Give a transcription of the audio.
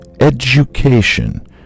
education